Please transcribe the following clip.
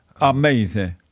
Amazing